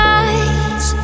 eyes